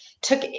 took